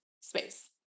space